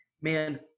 man